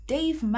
Dave